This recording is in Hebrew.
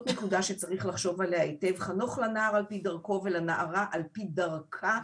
נקודה שצריך לחשוב עליה היטב "חנוך לנער על פי דרכו ולנערה על פי דרכה".